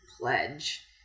Pledge